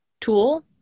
tool